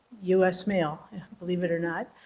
u s. mail believe it or not.